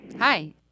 Hi